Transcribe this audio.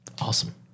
Awesome